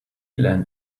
land